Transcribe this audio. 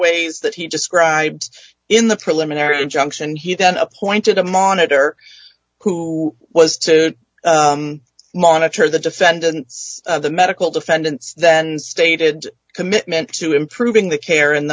ways that he described in the preliminary injunction he then appointed a monitor who was to monitor the defendants the medical defendants then stated commitment to improving the care